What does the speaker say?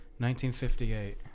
1958